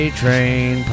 train